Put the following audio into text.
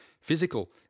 physical